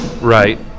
Right